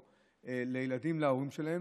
או ילדים להורים שלהם,